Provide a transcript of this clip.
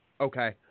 okay